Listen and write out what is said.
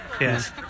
Yes